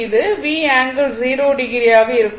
இது V ∠0o ஆக இருக்கும்